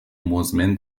مزمن